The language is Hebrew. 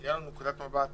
שתהיה לנו נקודת מבט